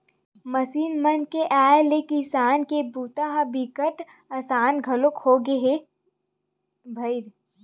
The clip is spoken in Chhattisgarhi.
मसीन मन के आए ले किसानी के बूता ह बिकट असान घलोक होगे हे भईर